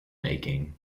making